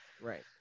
right